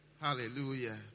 Hallelujah